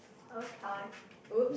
okay !oops!